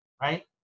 Right